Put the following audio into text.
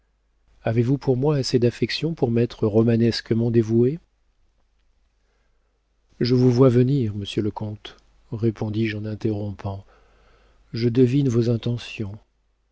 avez-vous pour moi assez d'affection pour m'être romanesquement dévoué je vous vois venir monsieur le comte répondis-je en interrompant je devine vos intentions